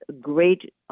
great